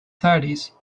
thirties